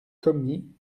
commis